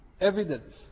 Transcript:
evidence